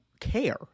care